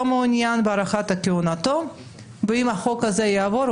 מעוניין בהארכת כהונתו ואם החוק הזה יעבור,